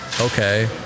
okay